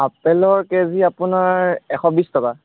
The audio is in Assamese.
আপেলৰ কেজী আপোনাৰ এশ বিশ টকা